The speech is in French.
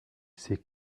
s’est